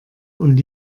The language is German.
und